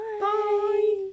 Bye